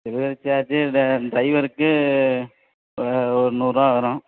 delivery charge இதில் ட்ரைவருக்கு எவ்வளோ ஒரு நூறு ரூபா வரும்